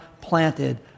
planted